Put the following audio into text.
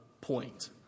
point